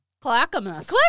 Clackamas